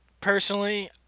personally